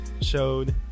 showed